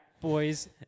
boys